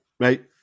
Right